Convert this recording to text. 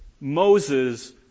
Moses